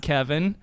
Kevin